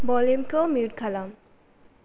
भल्युमखौ म्युट खालाम